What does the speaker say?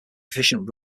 efficient